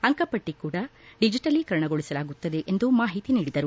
ಅಂಕಪಟ್ಟಿ ಕೂಡ ಡಿಜಿಟಲೀಕರಣಗೊಳಿಸಲಾಗುತ್ತದೆ ಎಂದು ಮಾಹಿತಿ ನೀಡಿದರು